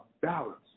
balance